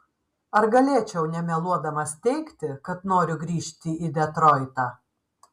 ar galėčiau nemeluodamas teigti kad noriu grįžti į detroitą